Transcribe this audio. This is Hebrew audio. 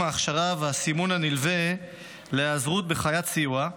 ההכשרה והסימון הנלווה להיעזרות בחיית סיוע,